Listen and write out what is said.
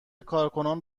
کارکنان